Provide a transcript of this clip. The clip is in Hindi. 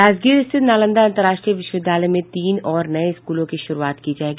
राजगीर स्थित नालंदा अंतर्राष्ट्रीय विश्वविद्यालय में तीन और नये स्कूलों की शुरूआत की जायेगी